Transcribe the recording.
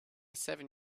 seven